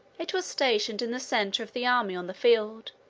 it was stationed in the center of the army on the field,